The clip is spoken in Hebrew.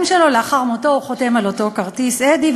שלו לאחר מותו חותם על אותו כרטיס "אדי",